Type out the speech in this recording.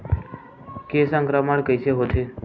के संक्रमण कइसे होथे?